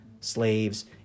slaves